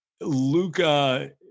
Luca